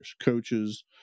coaches